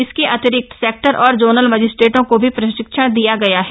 इसके अतिरिक्त सेक्टर और जोनल मजिस्ट्रेटों को भी प्रशिक्षण दिया गया है